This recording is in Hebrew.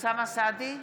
אוסאמה סעדי,